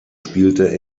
spielte